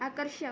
आकर्षक